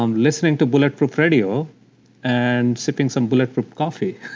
um listening to bulletproof radio and sipping some bulletproof coffee,